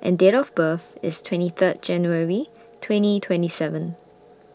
and Date of birth IS twenty Third January twenty twenty seven